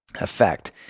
effect